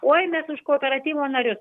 oi mes už kooperatyvo narius